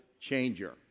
changer